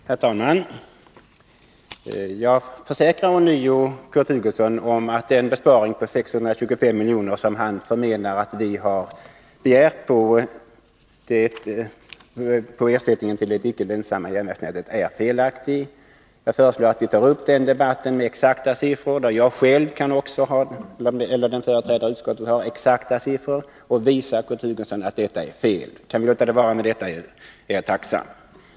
Herr talman! Jag försäkrar ånyo att det är felaktigt att påstå att det finns krav på en besparing på 625 milj.kr. som Kurt Hugosson förmenar att vi har begärt på ersättningen till det icke lönsamma järnvägsnätet. Jag föreslår att vi tar upp den debatten när jag själv eller någon företrädare för utskottet kan ha exakta siffror som visar att Kurt Hugosson räknar fel. Kan vi låta frågan vara med detta är jag tacksam.